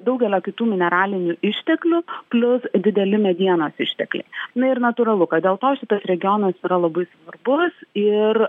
daugelio kitų mineralinių išteklių plius dideli medienos ištekliai na ir natūralu kad dėl to šitas regionas yra labai svarbus ir